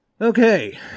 Okay